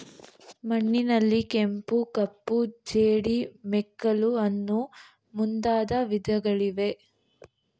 ಮಣ್ಣಿನಲ್ಲಿ ಕೆಂಪು, ಕಪ್ಪು, ಜೇಡಿ, ಮೆಕ್ಕಲು ಅನ್ನೂ ಮುಂದಾದ ವಿಧಗಳಿವೆ